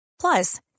Plus